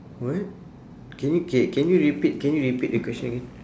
what can you K can you repeat can you repeat the question again